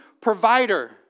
provider